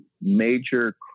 major